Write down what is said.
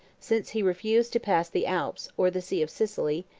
since he refused to pass the alps, or the sea of sicily,